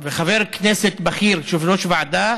וחבר כנסת בכיר, יושב-ראש ועדה,